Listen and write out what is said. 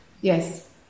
yes